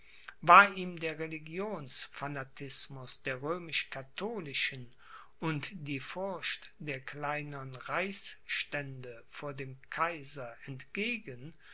war ihm der religionsfanatismus der römischkatholischen und die furcht der kleinern reichsstände vor dem kaiser entgegen